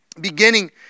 beginning